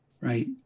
right